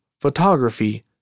photography